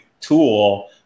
tool